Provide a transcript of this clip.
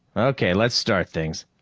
okay, let's start things.